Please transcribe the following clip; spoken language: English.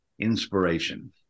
inspiration